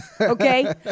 Okay